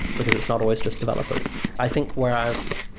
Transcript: because it's not always just developers i think whereas,